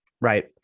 right